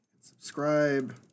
subscribe